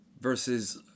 versus